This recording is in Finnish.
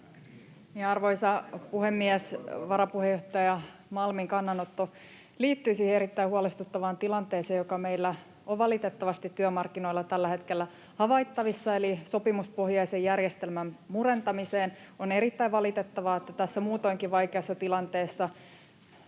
Arvoisa puhemies! Varapuheenjohtaja Malmin kannanotto liittyi siihen erittäin huolestuttavaan tilanteeseen, joka meillä on valitettavasti työmarkkinoilla tällä hetkellä havaittavissa, eli sopimuspohjaisen järjestelmän murentamiseen. On erittäin valitettavaa, että tässä muutoinkin vaikeassa tilanteessa